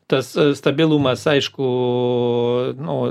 tas stabilumas aišku nu